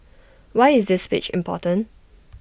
why is this speech important